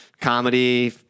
comedy